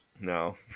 No